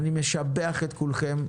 אני משבח את כולכם,